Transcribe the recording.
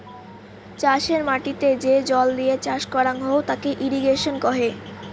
চাষের মাটিতে যে জল দিয়ে চাষ করং হউ তাকে ইরিগেশন কহে